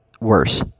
Worse